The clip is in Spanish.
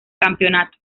campeonato